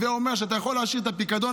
הווה אומר שאתה יכול להשאיר את הפיקדון